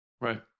Right